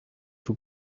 too